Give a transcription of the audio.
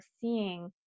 seeing